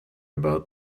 about